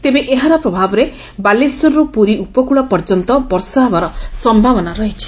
ତେବେ ଏହାର ପ୍ରଭାବରେ ବାଲେଶ୍ୱରରୁ ପୁରୀ ଉପକ୍ଳ ପର୍ଯ୍ୟନ୍ତ ବର୍ଷା ହେବାର ସ୍ୟାବନା ରହିଛି